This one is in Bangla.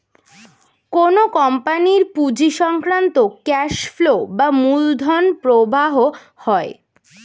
কোন কোম্পানির পুঁজি সংক্রান্ত ক্যাশ ফ্লো বা মূলধন প্রবাহ হয়